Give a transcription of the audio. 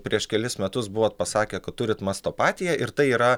prieš kelis metus buvot pasakę kad turit mastopatiją ir tai yra